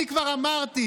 אני כבר אמרתי,